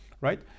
right